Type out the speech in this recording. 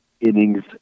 innings